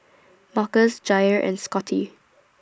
Marcus Jair and Scotty